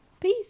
Peace